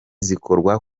zikorwa